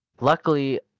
luckily